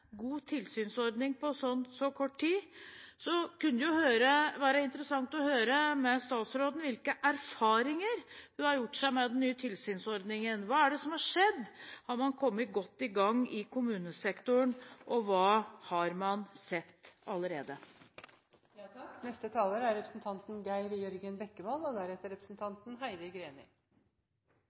god tilsynsordning på så kort tid, kunne det jo være interessant å høre med statsråden hvilke erfaringer hun har gjort seg med den nye tilsynsordningen. Hva er det som har skjedd? Har man kommet godt i gang i kommunesektoren? Og hva har man sett allerede? La meg starte med å takke interpellanten for å ha tatt opp en viktig sak. Kristelig Folkeparti har vært engasjert i å bedre fosterhjemstilbudet lenge og